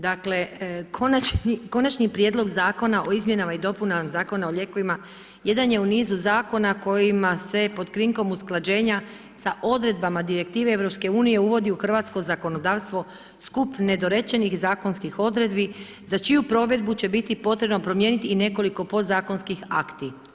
Dakle, Konačni prijedlog Zakona o izmjenama i dopunama Zakona o lijekovima jedan je u nizu zakona kojima se pod krinkom usklađenja sa odredbama direktive EU uvodi u hrvatsko zakonodavstvo skup nedorečenih zakonskih odredbi za čiju provedbu će biti potrebno promijeniti i nekoliko podzakonskih akti.